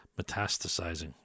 Metastasizing